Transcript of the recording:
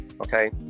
Okay